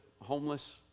homeless